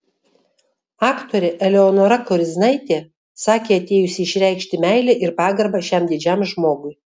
aktorė eleonora koriznaitė sakė atėjusi išreikšti meilę ir pagarbą šiam didžiam žmogui